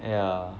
yeah